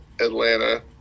Atlanta